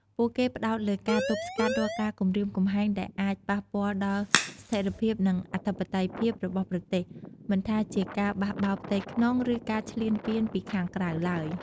ពួកគេផ្តោតលើការទប់ស្កាត់រាល់ការគំរាមកំហែងដែលអាចប៉ះពាល់ដល់ស្ថេរភាពនិងអធិបតេយ្យភាពរបស់ប្រទេស មិនថាជាការបះបោរផ្ទៃក្នុង ឬការឈ្លានពានពីខាងក្រៅឡើយ។